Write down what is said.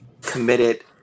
committed